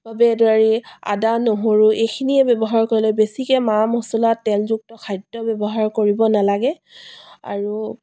বাবে তৈয়াৰী আদা নহৰু এইখিনিয়ে ব্যৱহাৰ কৰিলে বেছিকৈ মা মছলা তেলযুক্ত খাদ্য ব্যৱহাৰ কৰিব নেলাগে আৰু